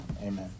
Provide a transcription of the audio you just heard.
amen